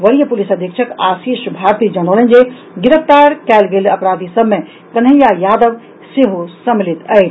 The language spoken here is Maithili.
वरीय पुलिस अधीक्षक आशीष भारती जनौलनि जे गिरफ्तार कयल गेल अपराधी सभ मे कन्हैया यादव सेहो शामिल अछि